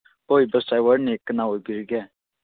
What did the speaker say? ꯍꯣꯏ ꯆꯥꯏꯋꯥꯔꯅꯦ ꯀꯅꯥ ꯑꯣꯏꯕꯤꯔꯒꯦ